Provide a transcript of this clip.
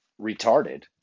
retarded